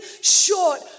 short